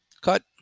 cut